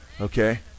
Okay